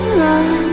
run